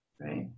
right